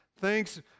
Thanks